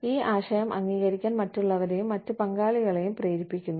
ഈ ആശയം അംഗീകരിക്കാൻ മറ്റുള്ളവരെയും മറ്റ് പങ്കാളികളെയും പ്രേരിപ്പിക്കുന്നു